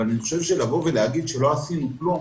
אבל להגיד שלא עשינו כלום,